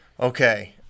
Okay